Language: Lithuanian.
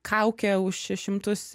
kaukė už še šimtus